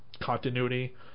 continuity